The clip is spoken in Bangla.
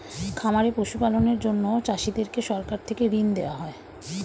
খামারে পশু পালনের জন্য চাষীদেরকে সরকার থেকে ঋণ দেওয়া হয়